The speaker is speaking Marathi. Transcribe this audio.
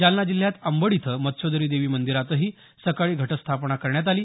जालना जिल्ह्यात अंबड इथं मत्स्योदरी देवी मंदिरातही सकाळी घटस्थापना करण्यात आली